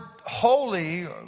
holy